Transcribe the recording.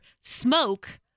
smoke